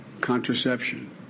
contraception